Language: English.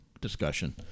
discussion